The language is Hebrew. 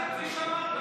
אין עם זה בעיה.